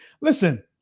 Listen